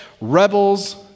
rebels